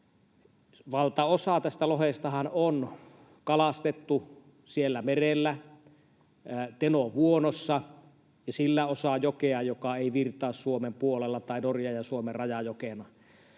Valtaosa tästä lohestahan on kalastettu merellä Tenonvuonossa ja sillä osaa jokea, joka ei virtaa Suomen puolella tai Norjan ja Suomen rajajokena.